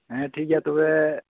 ᱦᱮᱸ ᱴᱷᱤᱠ ᱜᱮᱭᱟ ᱛᱚᱵᱮ